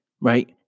right